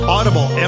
Audible